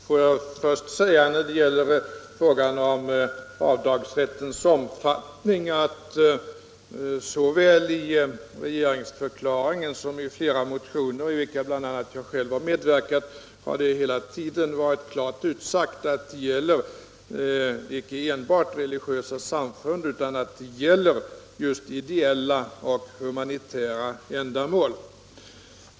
Herr talman! Låt mig först säga när det gäller frågan om avdragsrättens omfattning att såväl i regeringsförklaringen som i flera motioner, till vilka bl.a. jag själv har medverkat, är det klart utsagt att avdragsrätten skall gälla icke enbart gåvor till religiösa samfund utan just gåvor till ideella och humanitära ändamål.